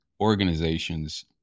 organizations